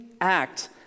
act